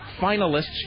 Finalists